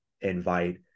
invite